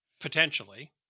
Potentially